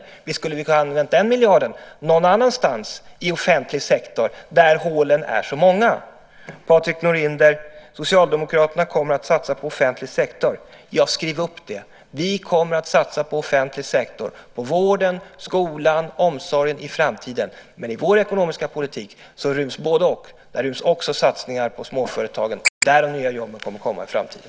Visst skulle vi ha kunnat använda den miljarden någon annanstans i offentlig sektor där hålen är så många. Socialdemokraterna kommer att satsa på offentlig sektor, säger Patrik Norinder. Ja, skriv upp det! Vi kommer att satsa på offentlig sektor, på vården, skolan och omsorgen, i framtiden. Men i vår ekonomiska politik ryms både-och. Där ryms också satsningar på småföretagen, där de nya jobben kommer att komma i framtiden.